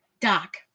Doc